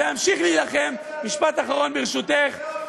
אני אעמוד פה ואמשיך להילחם, משפט אחרון, ברשותך.